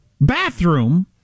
bathroom